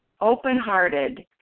open-hearted